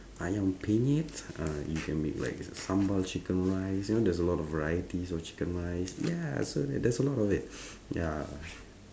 ayam-penyet uh you can make like s~ sambal chicken rice you know there's a lot of varieties of chicken rice ya so there there's a lot of it ya